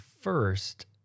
first